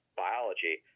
biology